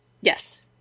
yes